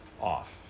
off